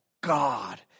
God